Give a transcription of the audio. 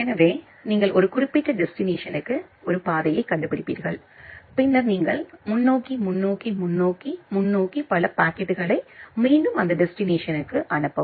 எனவே நீங்கள் ஒரு குறிப்பிட்ட டெஸ்டினேஷனுக்கு ஒரு பாதையைக் கண்டுபிடிப்பீர்கள் பின்னர் நீங்கள் முன்னோக்கி முன்னோக்கி முன்னோக்கி முன்னோக்கி பல பாக்கெட்டுகளை மீண்டும் அந்த டெஸ்டினேஷனுக்கு அனுப்பவும்